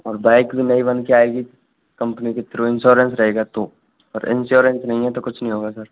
और बाइक भी नई बनकर आएगी कम्पनी के थ्रू इन्श्योरेन्स रहेगा तो और इन्श्योरेन्स नहीं है तो कुछ नहीं होगा सर